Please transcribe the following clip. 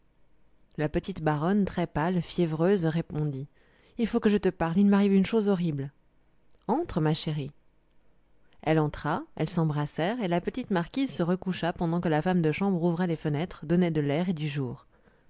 la petite baronne très pâle nerveuse fiévreuse répondit il faut que je te parle il m'arrive une chose horrible entre ma chérie elle entra elles s'embrassèrent et la petite marquise se recoucha pendant que la femme de chambre ouvrait les fenêtres donnait de l'air et du jour